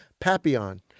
Papillon